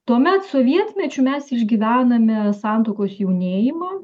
tuomet sovietmečiu mes išgyvename santuokos jaunėjimą